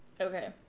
Okay